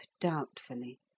doubtfully